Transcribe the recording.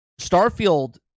Starfield